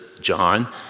John